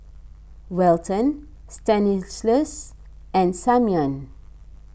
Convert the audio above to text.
Welton Stanislaus and Simeon